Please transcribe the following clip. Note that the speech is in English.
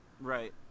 Right